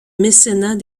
mécénat